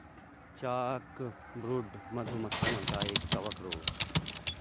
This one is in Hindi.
चॉकब्रूड, मधु मक्खियों का एक कवक रोग है